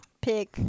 pick